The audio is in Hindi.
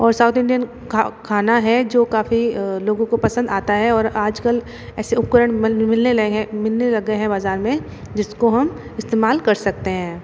और साउथ इंडियन खाना है जो काफ़ी लोगों को पसंद आता है और आजकल ऐसे उपकरण मिलने लगे हैं मिलने लग गए हैं बाज़ार में जिसको हम इस्तेमाल कर सकते हैं